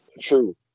True